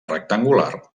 rectangular